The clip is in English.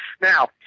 Now